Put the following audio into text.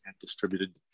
distributed